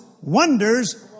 wonders